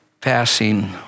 passing